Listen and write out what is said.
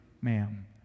ma'am